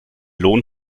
lohn